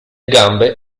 gambe